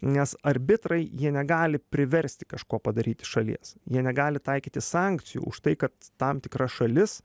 nes arbitrai jie negali priversti kažko padaryti šalies jie negali taikyti sankcijų už tai kad tam tikra šalis